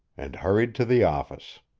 and hurried to the office.